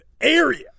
area